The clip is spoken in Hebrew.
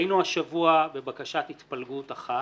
היינו השבוע בבקשת התפלגות אחת,